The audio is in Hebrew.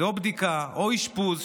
זה או בדיקה או אשפוז,